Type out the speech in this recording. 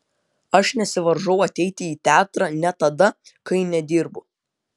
aš nesivaržau ateiti į teatrą net tada kai nedirbu